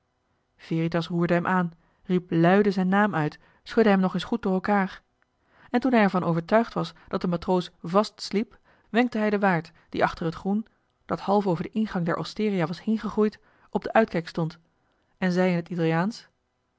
veritas roerde hem aan riep luide zijn naam uit schudde hem nog eens goed door elkaar en toen hij er van overtuigd was dat de matroos vast sliep wenkte hij den waard die achter het groen dat half over den ingang der osteria was heen gegroeid op den uitkijk stond en zei in t italiaansch